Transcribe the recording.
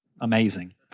amazing